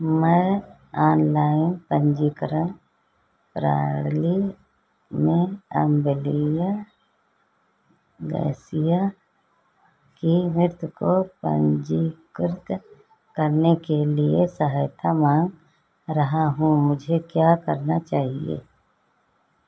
मैं ऑनलाइन पन्जीकरण प्रणाली में की मृत्यु को पन्जीकृत करने के लिए सहायता माँग रहा हूँ मुझे क्या करना चाहिए